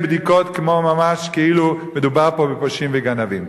בדיקות ממש כאילו מדובר פה בפושעים וגנבים.